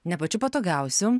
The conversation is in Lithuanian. ne pačių patogiausių